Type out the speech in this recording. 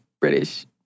British